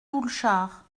doulchard